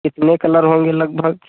कितने कलर होंगे लगभग